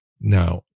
Now